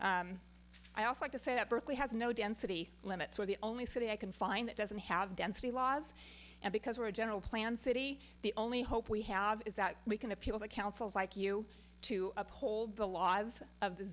i also like to say that berkeley has no density limits where the only city i can find that doesn't have density laws and because we're a general plan city the only hope we have is that we can appeal to councils like you to uphold the laws of the